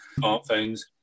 smartphones